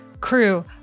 crew